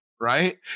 Right